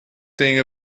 têm